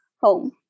home